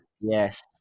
yes